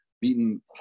beaten